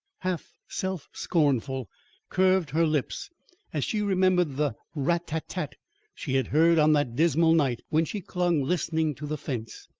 half self-scornful curved her lips as she remembered the rat-tat-tat she had heard on that dismal night when she clung listening to the fence,